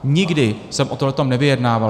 Nikdy jsem o tomto nevyjednával!